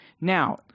Now